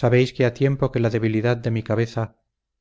sabéis que ha tiempo que la debilidad de mi cabeza